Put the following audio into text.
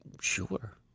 Sure